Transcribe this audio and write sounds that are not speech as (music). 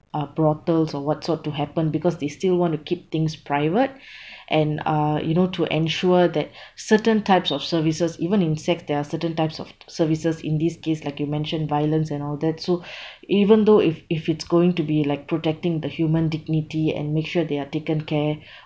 uh brothels or what sort to happen because they still want to keep things private (breath) and uh you know to ensure that certain types of services even in sex there are certain types of services in this case like you mention violence and all that so even though if if it's going to be like protecting the human dignity and make sure they are taken care (breath)